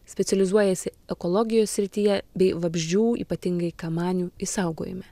specializuojasi ekologijos srityje bei vabzdžių ypatingai kamanių išsaugojime